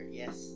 yes